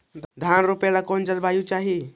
धान रोप ला कौन जलवायु चाही?